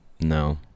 No